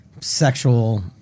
sexual